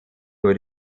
nur